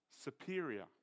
superior